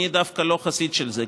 אני לא חסיד של זה,